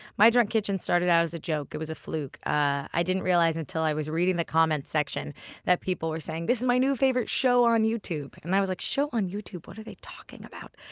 my drunk kitchen started out as a joke. it was a fluke. i didn't realize until i was reading the comment section that people were saying, this is my new favorite show on youtube. and i was like, show on youtube? what are they talking about?